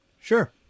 Sure